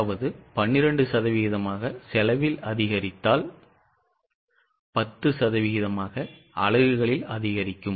அதாவது 12 சதவிகிதமாக செலவில் அதிகரித்தால் 10 சதவிகிதமாக அலகுகளில் அதிகரிக்கும்